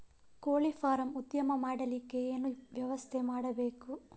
ಕೋಳಿ ಫಾರಂ ಉದ್ಯಮ ಮಾಡಲಿಕ್ಕೆ ಏನು ವ್ಯವಸ್ಥೆ ಮಾಡಬೇಕು?